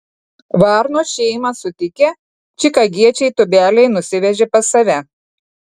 varno šeimą sutikę čikagiečiai tūbeliai nusivežė pas save